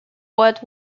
what